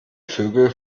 vögel